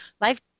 life